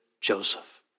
Joseph